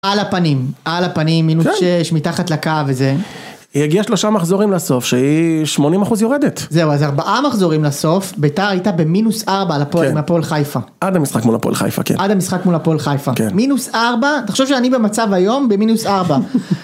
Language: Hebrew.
על הפנים, על הפנים, מינוס 6, מתחת לקו, וזה. היא הגיעה 3 מחזורים לסוף, שהיא 80% יורדת. זהו, אז 4 מחזורים לסוף, ביתר הייתה במינוס 4, כן, עם הפועל חיפה. עד המשחק מול הפועל חיפה, כן. עד המשחק מול הפועל חיפה, כן. מינוס 4, תחשוב שאני במצב היום, במינוס 4.